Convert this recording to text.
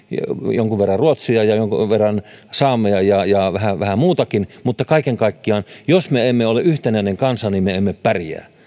jonkun verran ruotsia ja jonkun verran saamea ja ja vähän vähän muutakin mutta kaiken kaikkiaan jos me emme ole yhtenäinen kansa me emme pärjää